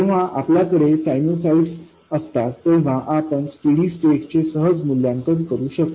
जेव्हा आपल्याकडे साइनोसॉइड्स असतात तेव्हा आपण स्टेडी स्टैटचे सहज मूल्यांकन करू शकतो